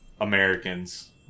Americans